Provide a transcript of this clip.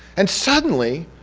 and suddenly,